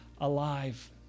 alive